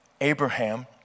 Abraham